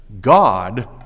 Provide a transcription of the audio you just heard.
God